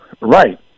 Right